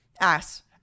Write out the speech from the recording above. ass